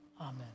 Amen